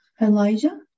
Elijah